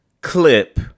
clip